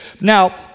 Now